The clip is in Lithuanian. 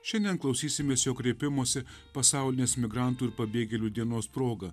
šiandien klausysimės jo kreipimosi pasaulinės migrantų ir pabėgėlių dienos proga